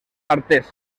artés